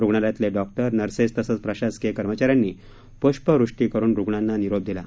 रुग्णालयातले doctor nurses तसंच प्रशासकीय कर्मचाऱ्यांनी पृष्पवृष्टी करून रुग्णांना निरोप दिला